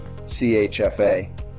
CHFA